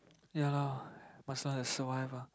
you know loh must learn to survive ah